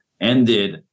ended